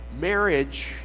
Marriage